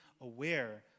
aware